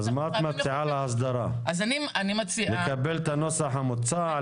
מה את מציעה להסדרה לקבל את הנוסח המוצע,